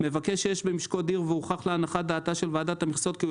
מבקש שיש במשקו דיר והוכח להנחת דעתה של ועדת המכסות כי הוא